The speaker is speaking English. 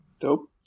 dope